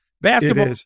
basketball